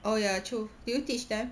oh ya true do you teach them